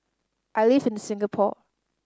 I live in Singapore